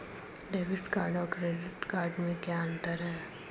Debit card और credit card में क्या अंतर है?